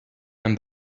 and